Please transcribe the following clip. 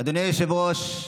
אדוני היושב-ראש,